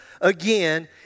again